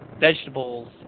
vegetables